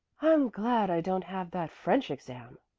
i'm glad i don't have that french exam,